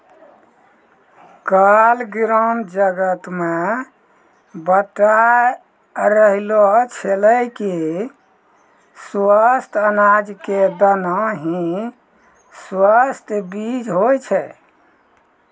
काल ग्राम जगत मॅ बताय रहलो छेलै कि स्वस्थ अनाज के दाना हीं स्वस्थ बीज होय छै